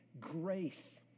grace